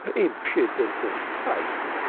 impudent of face!